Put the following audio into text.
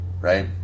right